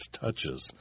touches